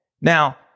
now